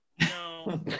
No